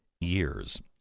years